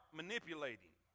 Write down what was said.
manipulating